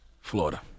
Florida